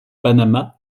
panama